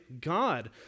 God